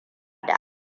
da